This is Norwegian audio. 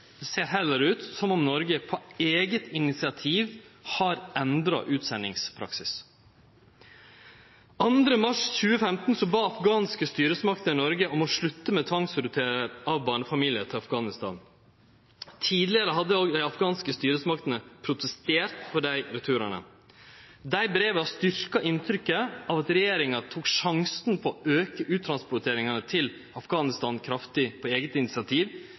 Det ser heller ut som om Noreg på eige initiativ har endra utsendingspraksis. Den 2. mars 2015 bad afghanske styresmakter Noreg om å slutte med tvangsreturar av barnefamiliar til Afghanistan. Tidlegare hadde også dei afghanske styresmaktene protestert på desse returane. Dei breva styrkte inntrykket av at regjeringa tok sjansen på å auke uttransporteringane til Afghanistan kraftig på eige initiativ,